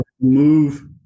move